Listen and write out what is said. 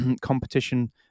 competition